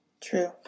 True